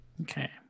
Okay